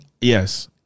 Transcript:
yes